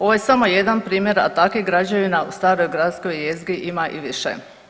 Ovo je samo jedan primjer, a takvih građevina u staroj gradskoj jezgri ima i više.